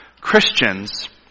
Christians